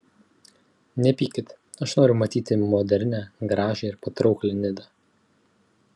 nepykit aš noriu matyti modernią gražią ir patrauklią nidą